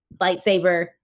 lightsaber